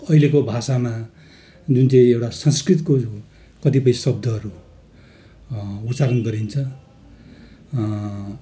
अहिलेको भाषामा जुन चाहिँ एउटा संस्कृतको कतिपय शब्दहरू उच्चारण गरिन्छ